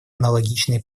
аналогичные